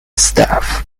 staff